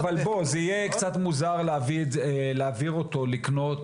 אבל בוא זה יהיה קצת מוזר להעביר אותו לקנות,